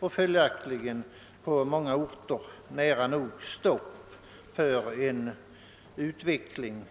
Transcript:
En sådan kvotering medför för många orter nära nog stopp för en utveckling